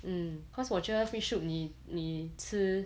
um cause 我觉得 fish soup 你你吃